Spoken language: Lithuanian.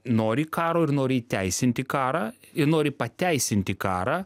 nori karo ir nori įteisinti karą ir nori pateisinti karą